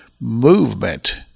movement